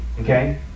okay